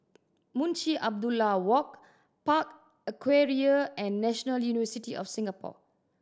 Munshi Abdullah Walk Park Aquaria and National University of Singapore